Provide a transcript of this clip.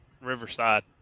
Riverside